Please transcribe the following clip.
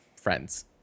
friends